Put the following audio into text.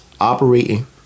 operating